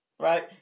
Right